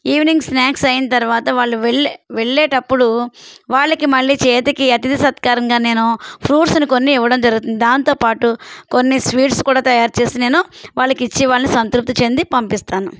evening snacks అయిన తర్వాత వాళ్ళు వెళ్ళే వెళ్ళేటప్పుడు వాళ్ళకి మళ్ళీ చేతికి అతిథి సత్కారంగా నేను ఫ్రూట్స్ని కొన్ని ఇవ్వడం జరుగుతుంది దాంతోపాటు కొన్ని స్వీట్స్ కూడా తయారు చేసి నేను వాళ్ళకి ఇచ్చి వాళ్ళని సంతృప్తి చెంది పంపిస్తాను